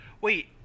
Wait